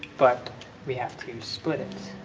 but we have to split it,